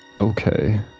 Okay